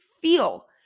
feel